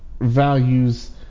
values